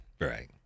Right